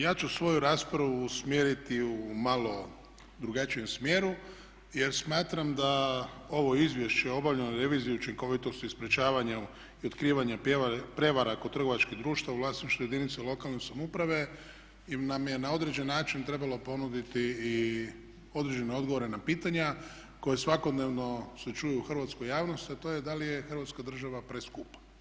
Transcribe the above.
Ja ću svoju raspravu usmjeriti u malo drugačijem smjeru jer smatram da ovo izvješće o obavljenoj reviziji učinkovitosti i sprječavanju i otkrivanju prijevara kod trgovačkih društava u vlasništvu jedinica lokalne samouprave nam je na određeni način trebalo ponuditi i određene odgovore na pitanja koji svakodnevno se čuju u hrvatskoj javnosti a to je da li je Hrvatska država preskupa.